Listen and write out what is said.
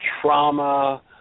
trauma